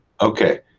Okay